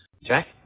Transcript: Jack